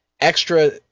extra